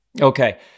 Okay